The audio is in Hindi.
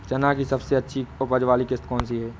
चना की सबसे अच्छी उपज किश्त कौन सी होती है?